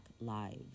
lives